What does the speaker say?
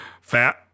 Fat